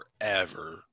forever